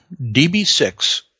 DB6